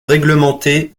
réglementer